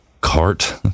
cart